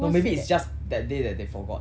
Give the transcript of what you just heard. or maybe it's just that day they forgot